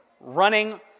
running